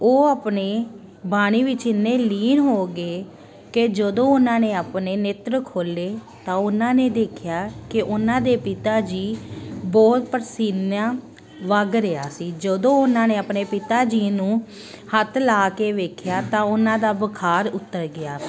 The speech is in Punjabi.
ਉਹ ਆਪਣੇ ਬਾਣੀ ਵਿੱਚ ਇੰਨੇ ਲੀਨ ਹੋ ਗਏ ਕਿ ਜਦੋਂ ਉਹਨਾਂ ਨੇ ਆਪਣੇ ਨੇਤਰ ਖੋਲ੍ਹੇ ਤਾਂ ਉਹਨਾਂ ਨੇ ਦੇਖਿਆ ਕਿ ਉਹਨਾਂ ਦੇ ਪਿਤਾ ਜੀ ਬਹੁਤ ਪਸੀਨਾ ਵੱਗ ਰਿਹਾ ਸੀ ਜਦੋਂ ਉਹਨਾਂ ਨੇ ਆਪਣੇ ਪਿਤਾ ਜੀ ਨੂੰ ਹੱਥ ਲਾ ਕੇ ਵੇਖਿਆ ਤਾਂ ਉਹਨਾਂ ਦਾ ਬੁਖਾਰ ਉੱਤਰ ਗਿਆ